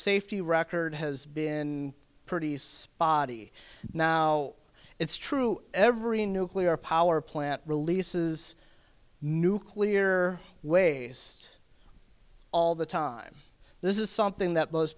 safety record has been pretty spotty now it's true every nuclear power plant releases nuclear waste all the time this is something that most